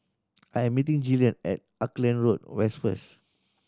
I am meeting Jillian at Auckland Road West first